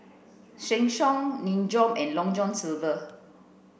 Sheng Siong Nin Jiom and Long John Silver